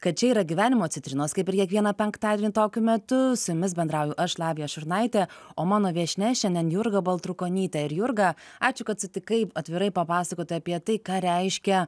kad čia yra gyvenimo citrinos kaip ir kiekvieną penktadienį tokiu metu su jumis bendrauju aš lavija šurnaitė o mano viešnia šiandien jurga baltrukonytė ir jurga ačiū kad sutikai atvirai papasakot apie tai ką reiškia